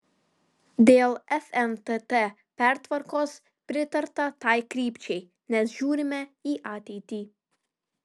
dėl fntt pertvarkos pritarta tai krypčiai nes žiūrime į ateitį